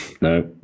No